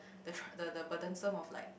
the trou~ the the burden some of like